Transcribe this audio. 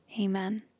Amen